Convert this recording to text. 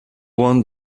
won